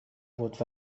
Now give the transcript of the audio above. بود